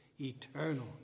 eternal